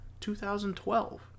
2012